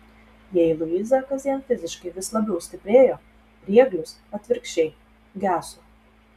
jei luiza kasdien fiziškai vis labiau stiprėjo prieglius atvirkščiai geso